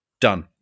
Done